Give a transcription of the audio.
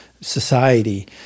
society